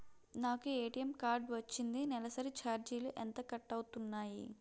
నాకు ATM card వచ్చింది నెలసరి ఛార్జీలు ఎంత కట్ అవ్తున్నాయి?